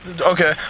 Okay